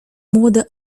młode